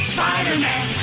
Spider-Man